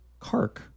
Kark